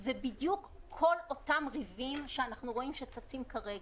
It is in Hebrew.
זה בדיוק כל אותם ריבים שאנחנו רואים שצצים כרגע,